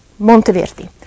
Monteverdi